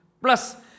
plus